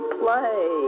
play